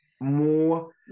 more